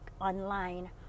online